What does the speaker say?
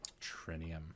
Trinium